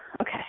Okay